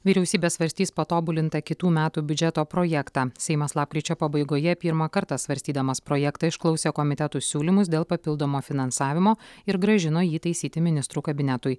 vyriausybė svarstys patobulintą kitų metų biudžeto projektą seimas lapkričio pabaigoje pirmą kartą svarstydamas projektą išklausė komitetų siūlymus dėl papildomo finansavimo ir grąžino jį taisyti ministrų kabinetui